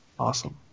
Awesome